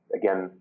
again